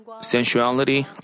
sensuality